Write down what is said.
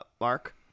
Mark